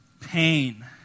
pain